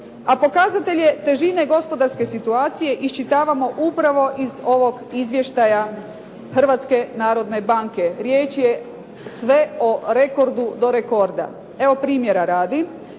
A pokazatelje težine gospodarske situacije iščitavamo upravo iz ovog izvještaja Hrvatske narodne banke, riječ je sve o rekordu do rekorda. Evo primjera radi.